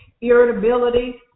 irritability